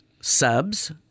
subs